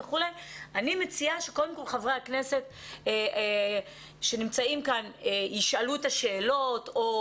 אני מציעה שקודם כל חברי הכנסת שנמצאים כאן ישאלו את השאלות או